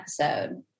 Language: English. episode